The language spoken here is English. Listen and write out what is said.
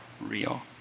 real